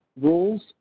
rules